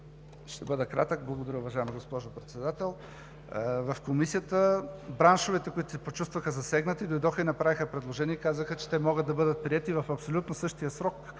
Ще бъда кратък. Благодаря, уважаема госпожо Председател. Браншовете, които се почувстваха засегнати, дойдоха в Комисията и направиха предложение и казаха, че те могат да бъдат приети в абсолютно същия срок